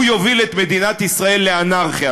הוא יוביל את מדינת ישראל לאנרכיה.